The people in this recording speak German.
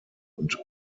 und